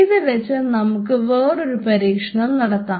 ഇതുവച്ച് നമുക്ക് വേറൊരു പരീക്ഷണം നടത്താം